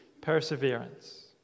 perseverance